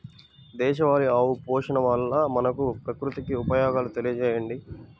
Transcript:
దేశవాళీ ఆవు పోషణ వల్ల మనకు, ప్రకృతికి ఉపయోగాలు తెలియచేయండి?